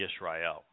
Yisrael